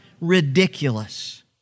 ridiculous